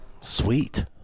Sweet